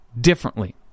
differently